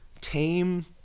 tame